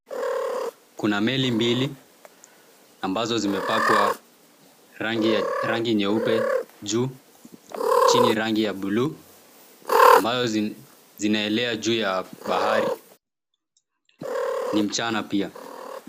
Kuna meli mbili, ambazo zimepakwa rangi ya rangi nyeupe juu, chini rangi ya buluu ambayo zinaelea juu ya bahari. Ni mchana pia.